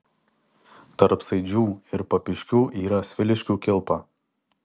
tarp saidžių ir papiškių yra sviliškių kilpa